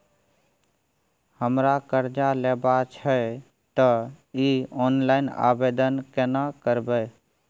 हमरा कर्ज लेबा छै त इ ऑनलाइन आवेदन केना करबै?